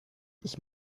ich